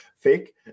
fake